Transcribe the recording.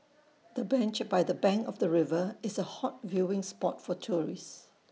the bench by the bank of the river is A hot viewing spot for tourists